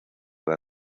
dar